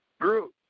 group